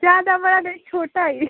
ज़्यादा बड़ा नहीं छोटा ही